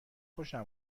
خوشم